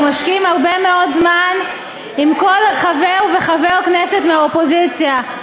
אנחנו משקיעים הרבה מאוד זמן עם כל חבר כנסת מהאופוזיציה.